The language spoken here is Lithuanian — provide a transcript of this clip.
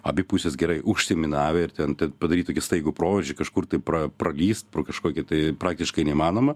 abi pusės gerai užsiminavę ir ten padaryt tokį staigų proveržį kažkur tai pra pralįst pro kažkokį tai praktiškai neįmanoma